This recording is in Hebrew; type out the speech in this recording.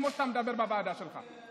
כמו שאתה מדבר בוועדה שלך.